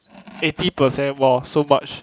eighty percent !wah! so much